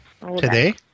today